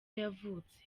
yavutse